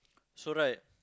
so right